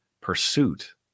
pursuit